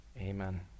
Amen